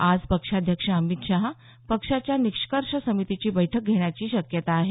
आज पक्षाध्यक्ष अमित शहा पक्षाच्या निष्कर्ष समितीची बैठक घेण्याची शक्यता आहे